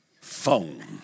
phone